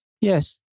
Yes